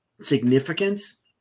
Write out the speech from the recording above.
significance